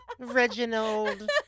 Reginald